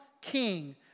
king